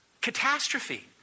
catastrophe